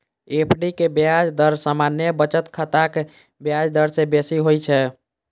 FD के ब्याज दर सामान्य बचत खाताक ब्याज दर सं बेसी होइ छै